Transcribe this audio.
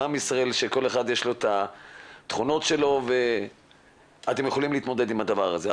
מעם ישראל שלכל אחד יש את התכונות שלו ואתם יכולים להתמודד עם הדבר הזה.